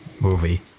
movie